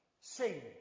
Sing